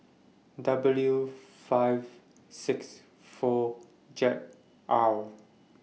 W five six four Jade R